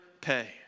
pay